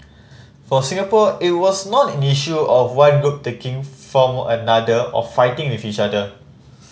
for Singapore it was not an issue of one group taking from another or fighting with each other